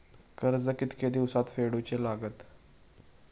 कर्ज कितके दिवसात फेडूचा लागता?